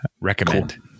Recommend